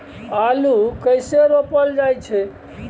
आलू कइसे रोपल जाय छै?